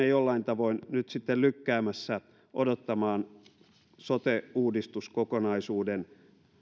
jollain tavoin nyt sitten lykkäämässä odottamaan sote uudistuskokonaisuuden